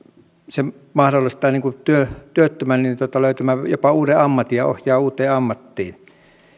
se mahdollistaa työttömän löytää jopa uuden ammatin ja ohjaa uuteen ammattiin